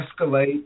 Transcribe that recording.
escalate